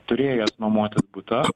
turėjęs nuomotis butą